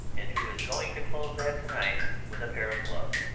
and who is going to close that to-night with a pair of gloves.